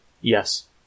Yes